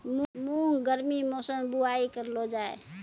मूंग गर्मी मौसम बुवाई करलो जा?